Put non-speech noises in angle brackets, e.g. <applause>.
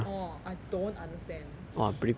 orh I don't understand <breath>